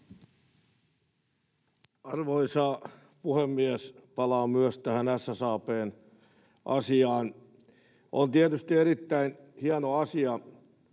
Arvoisa puhemies! Myös minä palaan tähän SSAB:n asiaan. On tietysti erittäin hieno asia,